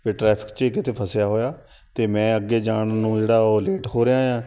ਕਿ ਟ੍ਰੈਫਿਕ 'ਚ ਹੀ ਕਿਤੇ ਫਸਿਆ ਹੋਇਆ ਅਤੇ ਮੈਂ ਅੱਗੇ ਜਾਣ ਨੂੰ ਜਿਹੜਾ ਉਹ ਲੇਟ ਹੋ ਰਿਹਾ ਹਾਂ